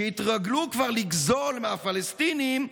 שהתרגלו כבר לגזול מהפלסטינים,